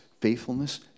faithfulness